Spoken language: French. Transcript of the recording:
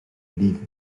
liv